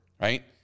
right